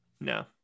No